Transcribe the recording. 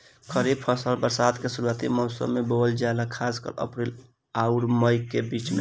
खरीफ फसल बरसात के शुरूआती मौसम में बोवल जाला खासकर अप्रैल आउर मई के बीच में